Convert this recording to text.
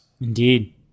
Indeed